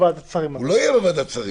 הוא לא יהיה בוועדת שרים.